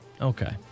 okay